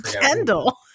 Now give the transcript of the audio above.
Kendall